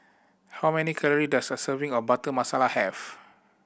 how many calorie does a serving of Butter Masala have